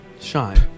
Shine